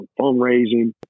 fundraising